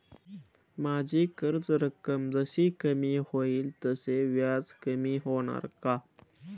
माझी कर्ज रक्कम जशी कमी होईल तसे व्याज कमी होणार का?